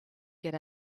get